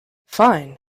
fine